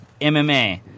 MMA